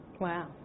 Wow